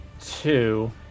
two